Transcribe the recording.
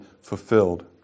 fulfilled